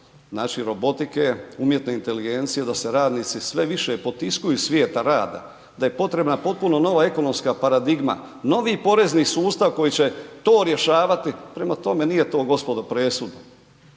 fazu robotike, umjetne inteligencije, da se radnici sve više potiskuju iz svijeta rada, da je potrebna potpuno nova ekonomska paradigma, novi porezni sustav koji će to rješavati prema tome nije to gospodo, presudno.